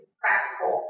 practical